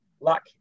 luck